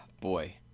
Boy